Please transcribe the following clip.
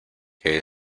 que